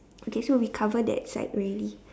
okay so we cover that side already